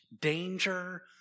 danger